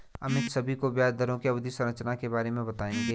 अमित सभी को ब्याज दरों की अवधि संरचना के बारे में बताएंगे